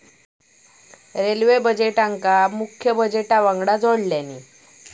railway बजेटका मुख्य budget वंगडान जोडल्यानी